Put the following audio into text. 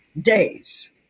days